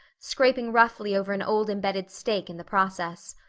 scraping roughly over an old embedded stake in the process.